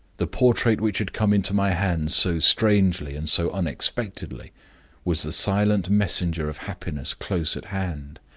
the portrait which had come into my hands so strangely and so unexpectedly was the silent messenger of happiness close at hand,